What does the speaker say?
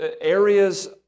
areas